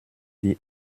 die